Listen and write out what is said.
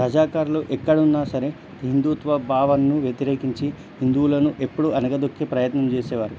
రజాకర్లు ఎక్కడున్నా సరే హిందుత్వ భావాన్ని వ్యతిరేకించి హిందువులను ఎప్పుడు అణగదొక్కే ప్రయత్నం చేసేవారు